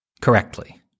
correctly